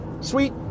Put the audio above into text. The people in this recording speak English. sweet